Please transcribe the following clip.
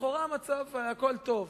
לכאורה הכול טוב.